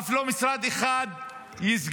אף לא משרד אחד יסגרו.